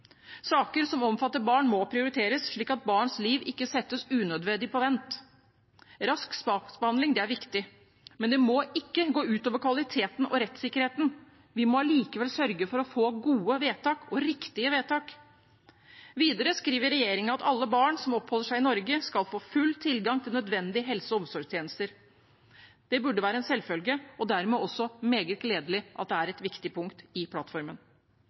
Saker som omfatter barn, må prioriteres, slik at barns liv ikke settes unødvendig på vent. Rask saksbehandling er viktig, men det må ikke gå ut over kvaliteten og rettssikkerheten, vi må likevel sørge for å få gode og riktige vedtak. Videre skriver regjeringen at alle barn som oppholder seg i Norge, skal få full tilgang til nødvendige helse- og omsorgstjenester. Det burde være en selvfølge, og det er dermed også veldig gledelig at det er viktig punkt i plattformen.